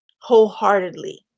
wholeheartedly